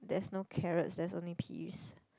there's no carrot there's only peas